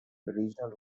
regional